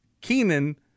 Keenan